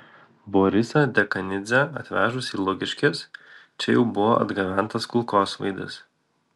borisą dekanidzę atvežus į lukiškes čia jau buvo atgabentas kulkosvaidis